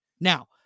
Now